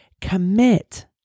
commit